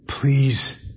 Please